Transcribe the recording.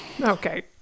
Okay